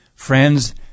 Friends